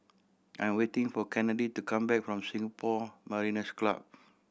I'm waiting for Kennedi to come back from Singapore Mariners' Club